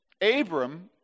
Abram